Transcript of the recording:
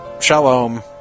Shalom